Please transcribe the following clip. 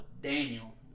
Daniel